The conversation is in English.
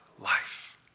life